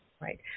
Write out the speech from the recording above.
Right